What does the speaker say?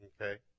Okay